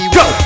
go